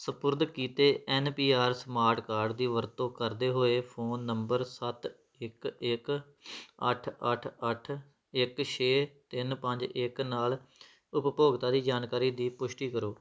ਸਪੁਰਦ ਕੀਤੇ N P R smart card ਦੀ ਵਰਤੋਂ ਕਰਦੇ ਹੋਏ ਫ਼ੋਨ ਨੰਬਰ ਸੱਤ ਇੱਕ ਇੱਕ ਅੱਠ ਅੱਠ ਅੱਠ ਇੱਕ ਛੇ ਤਿੰਨ ਪੰਜ ਇੱਕ ਨਾਲ ਉਪਭੋਗਤਾ ਦੀ ਜਾਣਕਾਰੀ ਦੀ ਪੁਸ਼ਟੀ ਕਰੋ